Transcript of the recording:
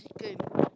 chicken